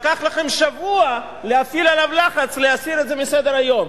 לקח לכם שבוע להפעיל עליו לחץ להסיר את זה מסדר-היום,